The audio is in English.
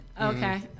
Okay